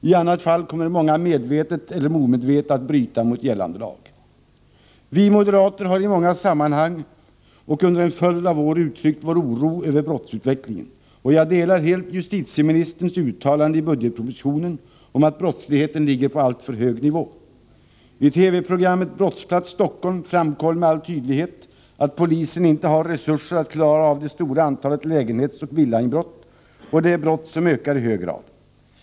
I annat fall kommer många att medvetet eller omedvetet bryta mot gällande lag. Vi moderater har i många sammanhang och under en följd av år uttryckt vår oro över brottsutvecklingen, och jag delar helt justitieministerns uttalande i budgetpropositionen att brottsligheten ligger på alltför hög nivå. I TV-programmet ”Brottsplats Stockholm” framkom med all tydlighet att polisen inte har resurser att klara av det stora antalet lägenhetsoch villainbrott, och det är brott som ökar i hög grad.